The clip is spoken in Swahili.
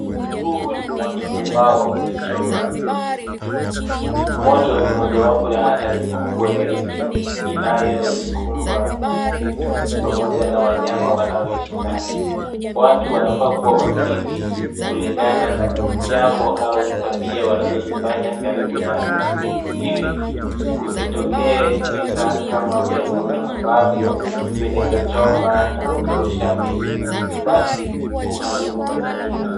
Huu ni moto ambao unachoma msitu. Moto ni moja wapo ya hatari kubwa zaidi inayozikumba misitu pamoja na wanyama wanaoishi ndani. Watu wanafaa kuwa makini kulingana na jambo au tabia wanazozifanya karibu na misitu ili kusitokee visa kama vya moto ambavyo vinaweza choma na kukausha miti hivyo basi kuharibu mazingira.